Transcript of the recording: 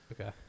Okay